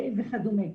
וכדומה.